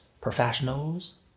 professionals